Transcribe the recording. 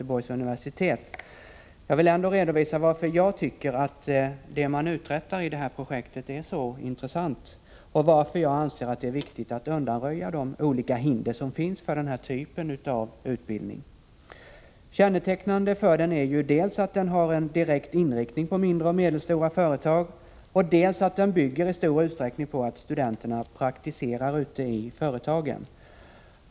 Jag vill ändå redovisa varför jag tycker att det man uträttar i projektet är så intressant och varför jag anser att det är viktigt att undanröja de olika hinder som finns för denna typ av utbildning. Kännetecknande för utbildningen är dels att den har en direkt inriktning på mindre och medelstora företag, dels att den i stor utsträckning bygger på att studenterna praktiserar ute i företagen.